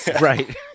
Right